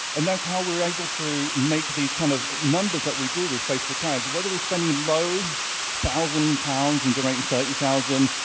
and that's how we were able to make these kind of numbers that we do with facebook ads. whether we're spending low one thousand pounds and generating thirty thousand